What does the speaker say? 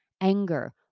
anger